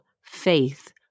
faith